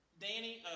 Danny